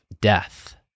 death